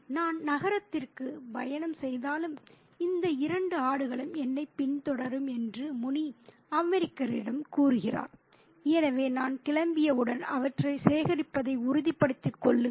நான் நரகத்திற்கு பயணம் செய்தாலும் இந்த இரண்டு ஆடுகளும் என்னைப் பின்தொடரும் என்று முனி அமெரிக்கரிடம் கூறுகிறார் எனவே நான் கிளம்பியவுடன் அவற்றை சேகரிப்பதை உறுதிப்படுத்திக் கொள்ளுங்கள்